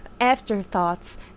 afterthoughts